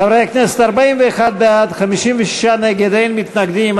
חברי הכנסת, 41 בעד, 56 נגד, אין מתנגדים.